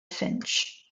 finch